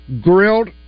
grilled